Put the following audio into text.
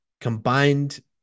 combined